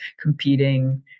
competing